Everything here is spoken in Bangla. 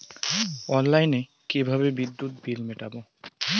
অনলাইনে কিভাবে বিদ্যুৎ বিল মেটাবো?